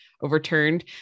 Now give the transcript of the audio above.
overturned